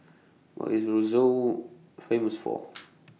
What IS Roseau Famous For